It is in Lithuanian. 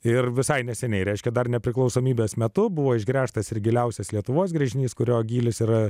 ir visai neseniai reiškė dar nepriklausomybės metu buvo išgręžtas ir giliausias lietuvos gręžinys kurio gylis yra